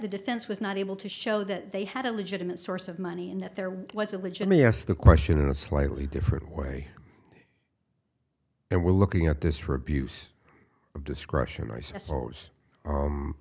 the defense was not able to show that they had a legitimate source of money and that there was a legit me ask the question in a slightly different way and we're looking at this for abuse of discretion i suppose